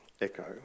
echo